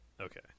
Okay